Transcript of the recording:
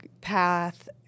path